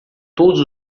todos